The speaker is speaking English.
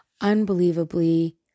unbelievably